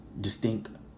distinct